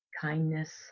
kindness